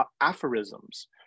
aphorisms